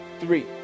three